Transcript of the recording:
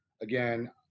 again